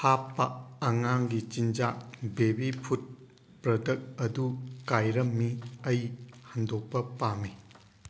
ꯍꯥꯞꯄ ꯑꯉꯥꯡꯒꯤ ꯆꯤꯟꯖꯥꯛ ꯕꯦꯕꯤ ꯐꯨꯗ ꯄ꯭ꯔꯗꯛ ꯑꯗꯨ ꯀꯥꯏꯔꯝꯃꯤ ꯑꯩ ꯍꯟꯗꯣꯛꯄ ꯄꯥꯝꯃꯤ